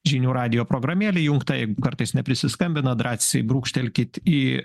žinių radijo programėlė įjungta jeigu kartais neprisiskambinat drąsiai brūkštelkit į